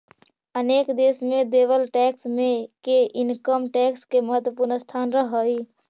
अनेक देश में देवल टैक्स मे के इनकम टैक्स के महत्वपूर्ण स्थान रहऽ हई